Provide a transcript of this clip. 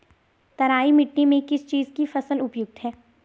तराई मिट्टी में किस चीज़ की फसल उपयुक्त है?